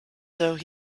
though